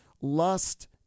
lust